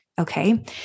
Okay